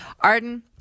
Arden